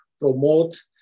promote